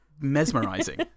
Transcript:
mesmerizing